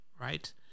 right